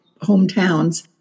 hometowns